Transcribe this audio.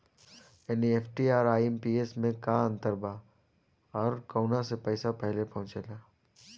NEFT आउर IMPS मे का अंतर बा और आउर कौना से पैसा पहिले पहुंचेला?